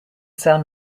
cell